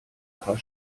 paar